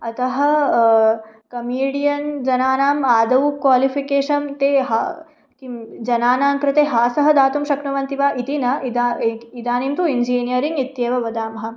अतः कमीडियन् जनानाम् आदौ क्वालिफ़िकेशन् ते ह किं जनानां कृते हासः दातुं शक्नुवन्ति वा इति न इदा व् इदानीं तु इञ्जिनीयरिङ्ग् इत्येव वदामः